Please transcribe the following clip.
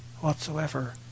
whatsoever